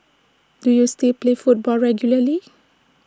do you still play football regularly